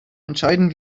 entscheiden